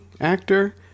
actor